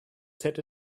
set